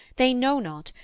they know not,